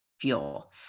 Fuel